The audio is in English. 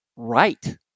right